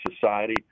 society